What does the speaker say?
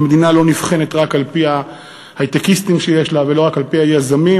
ומדינה לא נבחנת רק על-פי ההיי-טקיסטים שיש לה ולא רק על-פי היזמים,